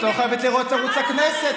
את לא חייבת לראות ערוץ הכנסת,